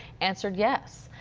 answered yes.